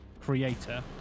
creator